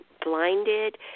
blinded